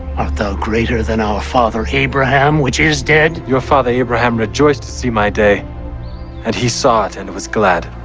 art thou greater than our father abraham, which is dead? your father abraham rejoiced to see my day and he saw it, and was glad.